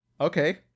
okay